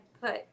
put